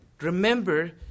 remember